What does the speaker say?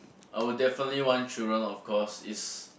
I would definitely want children of course is